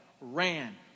ran